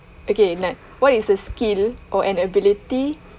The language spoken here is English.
okay what is a skill or an ability